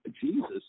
Jesus